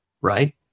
right